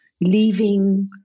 leaving